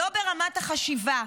לא ברמת החשיבה,